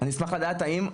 אני אשמח לדעת האם,